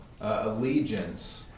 allegiance